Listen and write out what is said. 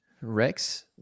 Rex